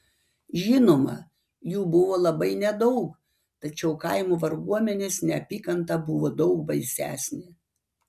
žinoma jų buvo labai nedaug tačiau kaimo varguomenės neapykanta buvo daug baisesnė